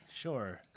Sure